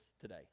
today